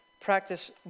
practice